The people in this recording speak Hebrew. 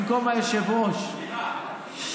במקום היושב-ראש.